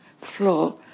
floor